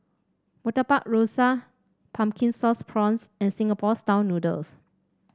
Murtabak Rusa Pumpkin Sauce Prawns and Singapore style noodles